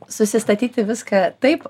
susistatyti viską taip